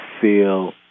feel